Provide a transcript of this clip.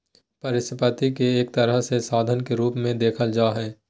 परिसम्पत्ति के एक तरह से साधन के रूप मे देखल जा हय